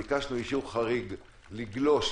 ביקשנו אישור חריג לגלוש